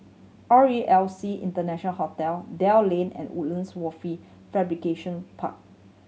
R E L C International Hotel Dell Lane and Woodlands Wafer Fabrication Park